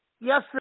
yes